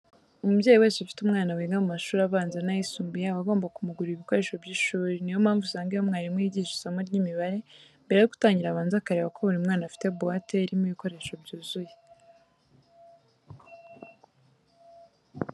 Umubyeyi wese ufite umwana wiga mu mashuri abanza n'ayisumbuye aba agomba kumugurira ibikoresho by'ishuri, ni yo mpamvu usanga iyo umwarimu yigisha isomo ry'imibare mbere yo gutangira, abanza akareba ko buri mwana afite buwate irimo ibikoresho byuzuye.